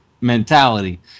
mentality